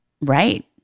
Right